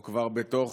או כבר בתוך